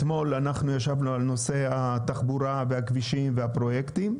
אתמול ישבנו על נושא התחבורה, הכבישים והפרויקטים.